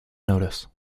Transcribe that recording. notice